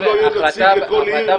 אם לא יהיה נציג בכל עיר,